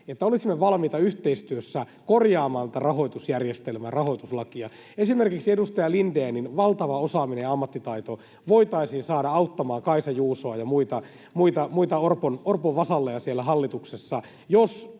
että olisimme valmiita yhteistyössä korjaamaan tätä rahoitusjärjestelmää, rahoituslakia. Esimerkiksi edustaja Lindénin valtava osaaminen ja ammattitaito voitaisiin saada auttamaan Kaisa Juusoa ja muita Orpon vasalleja siellä hallituksessa,